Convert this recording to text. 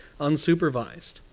unsupervised